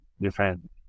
different